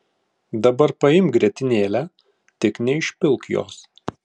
dabar paimk grietinėlę tik neišpilk jos